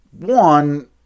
one